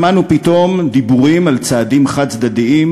שמענו פתאום דיבורים על צעדים חד-צדדיים,